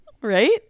right